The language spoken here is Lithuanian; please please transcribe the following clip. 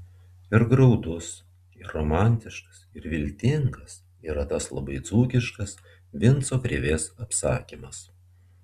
ir graudus ir romantiškas ir viltingas yra tas labai dzūkiškas vinco krėvės apsakymas